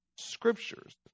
scriptures